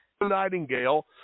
Nightingale